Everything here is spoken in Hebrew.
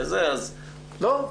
לא,